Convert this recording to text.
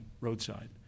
Roadside